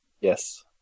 Yes